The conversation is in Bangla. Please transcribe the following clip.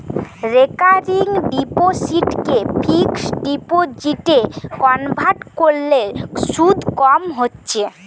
রেকারিং ডিপোসিটকে ফিক্সড ডিপোজিটে কনভার্ট কোরলে শুধ কম হচ্ছে